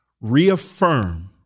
reaffirm